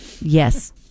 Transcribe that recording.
Yes